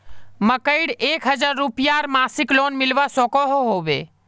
मकईर एक हजार रूपयार मासिक लोन मिलवा सकोहो होबे?